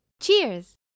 Cheers